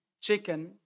chicken